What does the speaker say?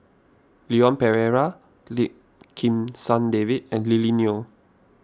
Leon Perera Lim Kim San David and Lily Neo